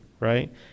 right